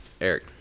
Eric